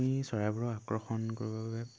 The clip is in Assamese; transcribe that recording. আমি চৰাইবোৰ আকৰ্ষণ কৰিবৰ বাবে